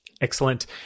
Excellent